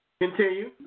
Continue